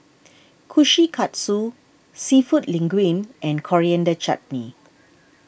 Kushikatsu Seafood Linguine and Coriander Chutney